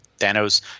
Thanos